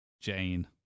Jane